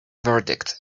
verdict